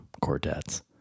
quartets